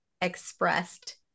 expressed